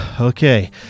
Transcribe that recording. Okay